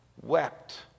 wept